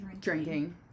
drinking